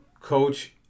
coach